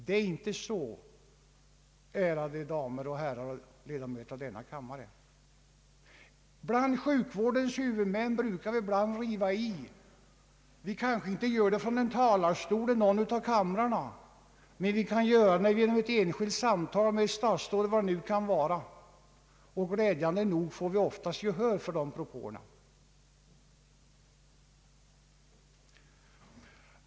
Det är inte så, ärade ledamöter av denna kammare. Sjukvårdens huvudmän brukar ibland riva i, kanske inte från en talarstol i någon av kamrarna utan i ett enskilt samtal med ett statsråd eller vad det nu kan vara. Glädjande nog får vi oftast gehör för våra propåer.